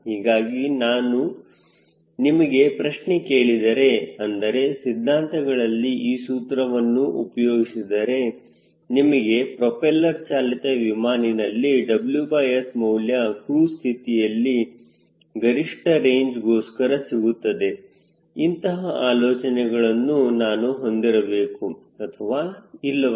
ಹೀಗಾಗಿ ನಾನು ನಿಮಗೆ ಪ್ರಶ್ನೆ ಕೇಳಿದರೆ ಅಂದರೆ ಸಿದ್ಧಾಂತಗಳಲ್ಲಿ ಈ ಸೂತ್ರವನ್ನು ಉಪಯೋಗಿಸಿದರೆ ನಿಮಗೆ ಪ್ರೋಪೆಲ್ಲರ್ ಚಾಲಿತ ವಿಮಾನಿನಲ್ಲಿ WS ಮೌಲ್ಯ ಕ್ರೂಜ್ ಸ್ಥಿತಿಯಲ್ಲಿ ಗರಿಷ್ಠ ರೇಂಜ್ ಗೋಸ್ಕರ ಸಿಗುತ್ತದೆ ಇಂತಹ ಆಲೋಚನೆಗಳನ್ನು ನಾನು ಹೊಂದಿರಬಹುದು ಅಥವಾ ಇಲ್ಲವಾ